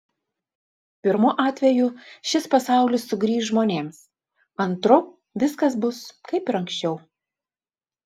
pirmu atveju šis pasaulis sugrįš žmonėms antru viskas bus kaip ir anksčiau